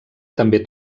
també